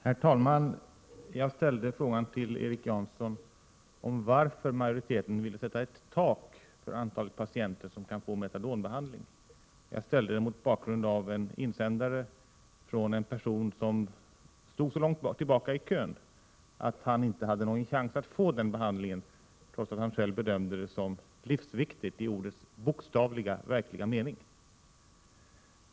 Herr talman! Jag ställde frågan till Erik Janson om varför majoriteten ville sätta ett tak för antalet patienter som kan få metadonbehandling. Jag ställde den mot bakgrund av en insändare från en person som stod så långt tillbaka i kön att han inte hade någon chans att få den behandlingen, trots att han själv bedömde den som livsviktig, i ordets bokstavliga, verkliga mening.